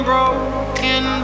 Broken